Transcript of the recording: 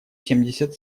семьдесят